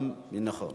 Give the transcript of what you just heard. נכון.